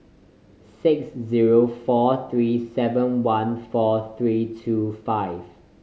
six zero four three seven one four three two five